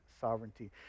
sovereignty